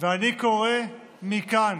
ואני קורא מכאן